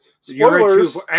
spoilers